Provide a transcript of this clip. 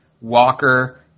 Walker